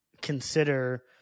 consider